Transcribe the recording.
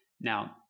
Now